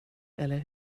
eller